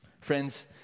Friends